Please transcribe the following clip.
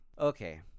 Okay